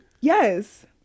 yes